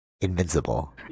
invincible